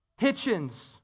Hitchens